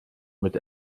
mit